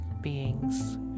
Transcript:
beings